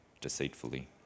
deceitfully